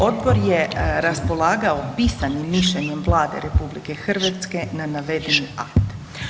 Odbor je raspolagao pisanim mišljenjem Vlade RH na navedeni akt.